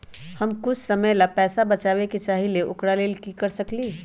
हम कुछ समय ला पैसा बचाबे के चाहईले ओकरा ला की कर सकली ह?